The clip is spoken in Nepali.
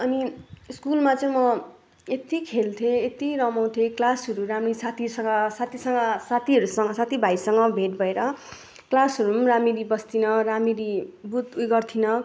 अनि स्कुलमा चाहिँ म यति खेल्थेँ यति रमाउथेँ क्लासहरू राम्ररी साथीहरूसँग साथीसँग साथीहरूसँग साथीभाइसँग भेट भएर क्लासहरू राम्ररी बस्थिनँ राम्ररी बुज उयो गर्थिनँ